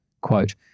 Quote